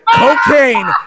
cocaine